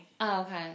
Okay